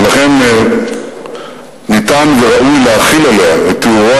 ולכן ניתן וראוי להחיל עליה את תיאורו